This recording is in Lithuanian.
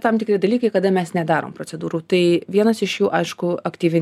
tam tikri dalykai kada mes nedarom procedūrų tai vienas iš jų aišku aktyvi